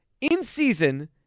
in-season